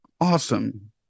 awesome